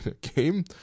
game